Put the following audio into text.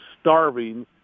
starving